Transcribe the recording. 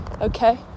okay